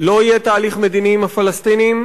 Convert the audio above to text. לא יהיה תהליך מדיני עם הפלסטינים,